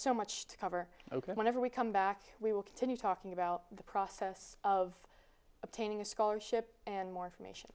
so much to cover ok whenever we come back we will continue talking about the process of obtaining a scholarship and more information